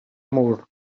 moore